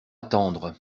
attendre